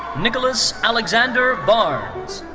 nicholas alexander barnes.